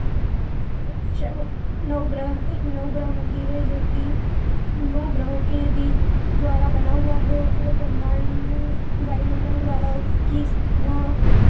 up स नौ ग्रह एक नौ ग्रह मंदिर है जो कि नौ ग्रहों के भी द्वारा बना हुआ है और पूरा ब्रह्मांड में वायुमंडल द्वारा उसकी स्थापना